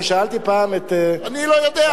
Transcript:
אני שאלתי פעם את, אני לא יודע.